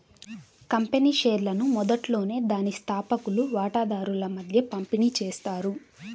company షేర్లను మొదట్లోనే దాని స్థాపకులు వాటాదారుల మధ్య పంపిణీ చేస్తారు